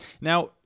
Now